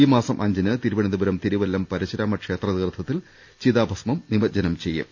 ഈ മാസം അഞ്ചിന് തിരു വനന്തപുരം തിരുവല്ലം പരശുരാമ ക്ഷേത്ര തീർത്ഥത്തിൽ ചിതാഭസ്മം നിമജ്ജനം ചെയ്യും